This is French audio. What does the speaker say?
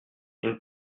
une